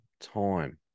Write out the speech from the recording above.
time